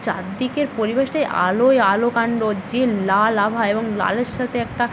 চারদিকের পরিবেশটাই আলোয় আলো কাণ্ড যে লাল আভা এবং লালের সাথে একটা